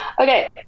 okay